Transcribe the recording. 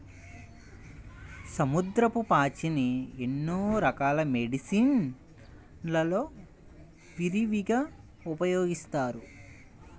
సముద్రపు పాచిని ఎన్నో రకాల మెడిసిన్ లలో విరివిగా ఉపయోగిస్తారు